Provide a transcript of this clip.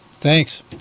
Thanks